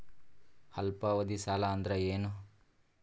ಅಲ್ಪಾವಧಿ ಸಾಲ ಅಂದ್ರ ಏನು?